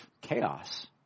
chaos